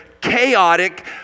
chaotic